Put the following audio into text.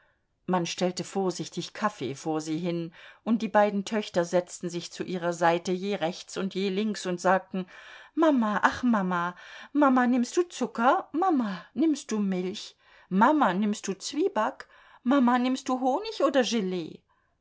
man stellte vorsichtig kaffee vor sie hin und die beiden töchter setzten sich zu ihrer seite je rechts und je links und sagten mama ach mama mama nimmst du zucker mama nimmst du milch mama nimmst du zwieback mama nimmst du honig oder gelee